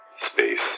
space